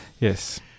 Yes